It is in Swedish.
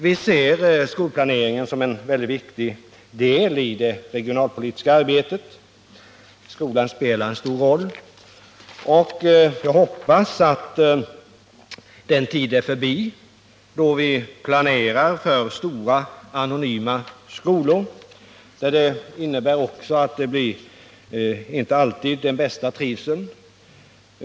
Vi ser skolplaneringen som en viktig del av det regionalpolitiska arbetet. Jag hoppas att den tid är förbi då vi planerade stora anonyma skolor, där trivseln inte alltid blev den bästa.